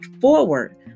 forward